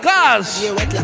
Cause